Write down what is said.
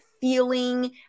feeling